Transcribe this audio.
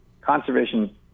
conservation